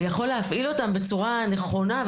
ויכול להפעיל אותם בצורה נכונה ,